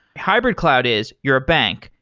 hybrid cloud is you're a bank,